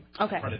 Okay